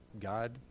God